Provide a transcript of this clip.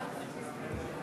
סעיפים